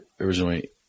originally